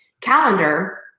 calendar